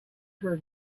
her